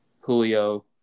Julio